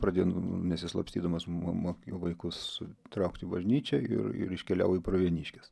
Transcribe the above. pradėjo nesislapstydamas mo mokė vaikus traukti į bažnyčią ir ir iškeliavo į pravieniškes